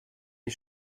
die